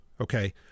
okay